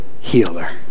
healer